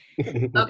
Okay